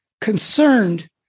concerned